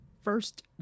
first